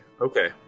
Okay